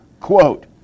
Quote